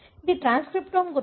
ఇది ట్రాన్స్క్రిప్టోమ్ గురించి